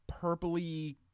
purpley